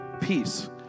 peace